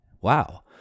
wow